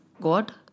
God